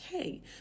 Okay